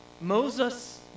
Moses